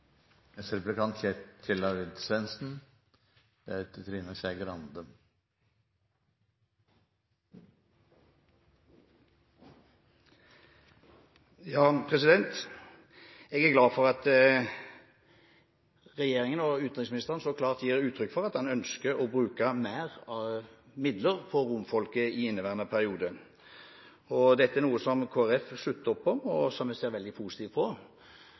Jeg er glad for at regjeringen og utenriksministeren så klart gir uttrykk for at en ønsker å bruke mer midler på romfolket i inneværende periode. Dette er noe som Kristelig Folkeparti slutter opp om, og som vi ser veldig positivt på.